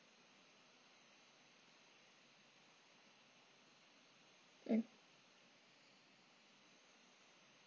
mm